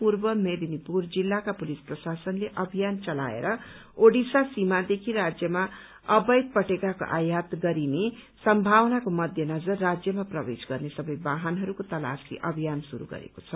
पूर्व मेदिनीपूर जिल्लाको पुलिस प्रशासनले अभियान चलाएर ओडिसा सीमादेखि राज्यमा अवैध पटेकाको आयात गरिने सम्मावनाको मध्यनजर राज्यमा प्रवेश गर्ने सबै वाहनहरूको तलासी अभियान श्रुरू गरेको छ